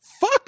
fuck